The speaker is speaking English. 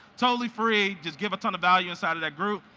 totally free. just give a ton of value inside of that group.